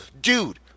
dude